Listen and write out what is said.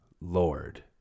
Lord